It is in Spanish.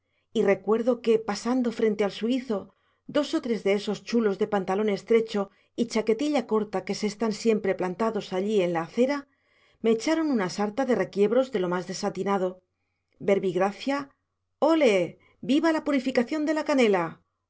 y recuerdo que pasando frente al suizo dos o tres de esos chulos de pantalón estrecho y chaquetilla corta que se están siempre plantados allí en la acera me echaron una sarta de requiebros de lo más desatinado verbigracia ole viva la purificación de la canela